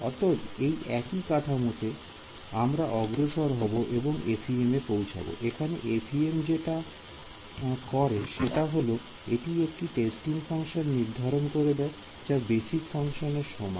অতএব এই একই কাঠামোতে আমরা অগ্রসর হবো এবং FEM এ পৌঁছাব এখানে FEM যেটা করে সেটা হল এটি কিছু টেস্টিং ফাংশন নির্ধারণ করে দেয় যা বেসিক ফাংশন এর সমান